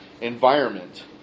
environment